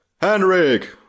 Henrik